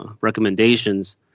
recommendations